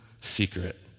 secret